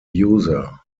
user